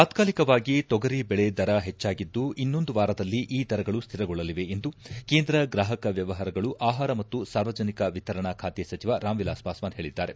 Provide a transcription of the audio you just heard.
ತಾತ್ಕಲಿಕವಾಗಿ ತೊಗರಿ ಬೇಳೆ ದರ ಹೆಚ್ಚಾಗಿದ್ದು ಇನ್ನೊಂದು ವಾರದಲ್ಲಿ ಈ ದರಗಳು ಸ್ಥಿರಗೊಳ್ಳಲಿವೆ ಎಂದು ಕೇಂದ್ರ ಗ್ರಾಹಕ ವ್ಯವಹಾರಗಳು ಆಹಾರ ಮತ್ತು ಸಾರ್ವಜನಿಕ ವಿತಾರಣಾ ಖಾತೆ ಸಚಿವ ರಾಮ್ವಿಲಾಸ್ ಪಾಸ್ವಾನ್ ಹೇಳಿದ್ದಾರೆ